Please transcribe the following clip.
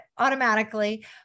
Automatically